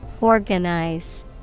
Organize